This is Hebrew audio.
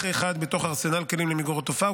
אחד בתוך ארסנל הכלים למיגור התופעה.